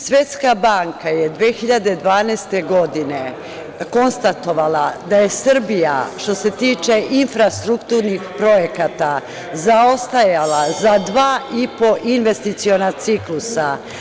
Svetska banka je 2012. godine konstatovala da je Srbija što se tiče infrastrukturnih projekata zaostajala za dva i po investiciona ciklusa.